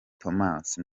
thomas